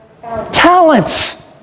talents